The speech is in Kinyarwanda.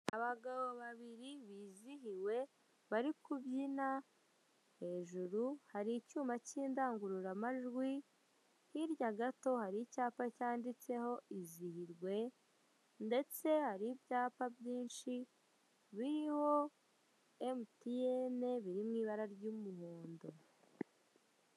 Abagabo babiri bizihiwe bari kubyina, hejuru hari icyuma cy'indangururamajwi, hirya gato hari icyapa cyanditseho izihirwe ndetse hari ibyapa byinshi biriho MTN biri mu ibara ry'umuhondo.